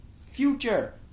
Future